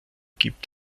gibt